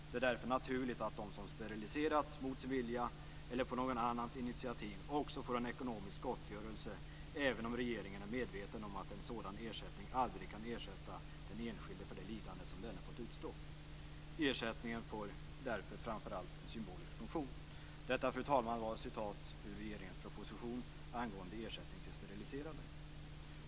Det är därför naturligt att de som steriliserats mot sin vilja eller på någon annans initiativ också får en ekonomisk gottgörelse även om regeringen är medveten om att en sådan ersättning aldrig kan ersätta den enskilde för det lidande som denne fått utstå. Ersättningen får därför framför allt en symbolisk funktion." Detta, fru talman, var citat ur regeringens proposition angående ersättning till steriliserade.